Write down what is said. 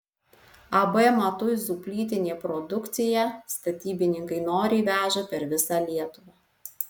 ab matuizų plytinė produkciją statybininkai noriai veža per visą lietuvą